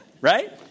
Right